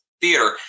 theater